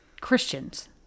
Christians